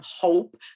hope